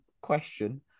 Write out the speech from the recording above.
question